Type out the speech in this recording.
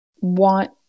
want